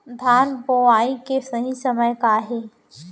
धान बोआई के सही समय का हे?